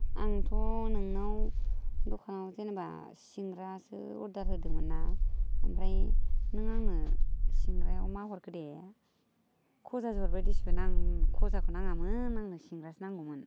आंथ' नोंनाव दखानाव जेनेबा सिंग्रासो अर्दार होदोंमोन ना ओमफ्राय नों आंनो सिंग्रायाव मा हरखो दे गजासो हरबाय दिसुन आं गजाखौ नाङामोन आंनो सिंग्रासो नांगौमोन